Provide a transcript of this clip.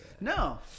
no